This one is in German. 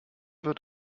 wird